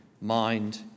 mind